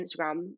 Instagram